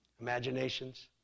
imaginations